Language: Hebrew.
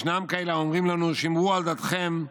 ישנם כאלה האומרים לנו: שמרו על דתכם,